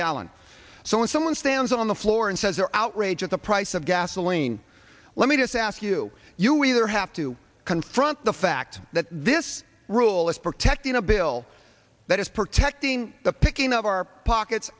gallon so when someone stands on the floor and says they're outraged at the price of gasoline let me just ask you you either have to confront the fact that this rule is protecting a bill that is protecting the picking of our pockets